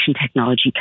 technology